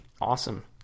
Awesome